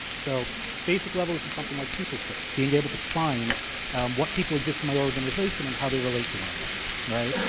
so basic level is something like people search, being able to find what people exist in my organization and how they relate to one another, right?